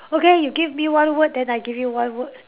okay you give me one word then I give you one word